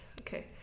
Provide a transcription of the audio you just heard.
okay